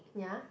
ya